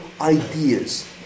ideas